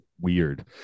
weird